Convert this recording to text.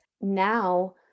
now